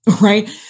Right